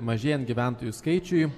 mažėjant gyventojų skaičiui